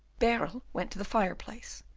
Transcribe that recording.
baerle went to the fireplace,